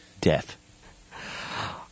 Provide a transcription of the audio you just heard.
death